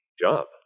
Job